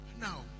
now